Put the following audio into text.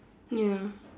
ya